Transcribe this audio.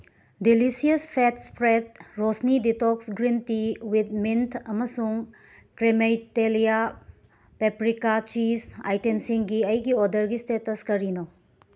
delicious feta spread ꯔꯣꯁꯅꯤ detox green tea with mint ꯑꯃꯁꯨꯡ ꯀ꯭ꯔꯦꯃꯩꯇꯦꯂꯤꯌꯥ ꯄꯦꯄ꯭ꯔꯤꯀꯥ ꯆꯤꯁ ꯑꯥꯏꯇꯦꯝꯁꯤꯡ ꯑꯩꯒꯤ ꯑꯣꯔꯗꯔꯒꯤ ꯏꯁꯇꯦꯇꯁ ꯀꯔꯤꯅꯣ